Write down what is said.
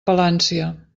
palància